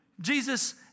Jesus